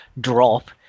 drop